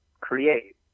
create